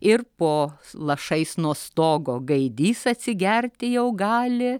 ir po lašais nuo stogo gaidys atsigerti jau gali